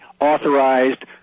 authorized